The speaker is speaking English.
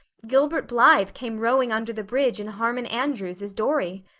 gilbert blythe came rowing under the bridge in harmon andrews's dory!